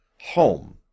HOME